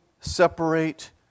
separate